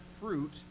fruit